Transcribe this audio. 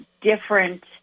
different